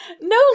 No